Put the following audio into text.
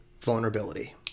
vulnerability